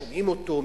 שומעים אותו,